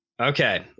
Okay